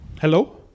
Hello